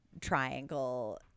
triangle